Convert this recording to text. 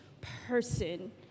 person